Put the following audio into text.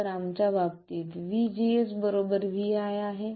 तर आमच्या बाबतीत vGS बरोबर vi आहे